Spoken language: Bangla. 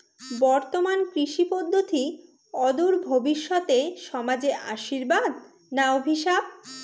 বর্তমান কৃষি পদ্ধতি অদূর ভবিষ্যতে সমাজে আশীর্বাদ না অভিশাপ?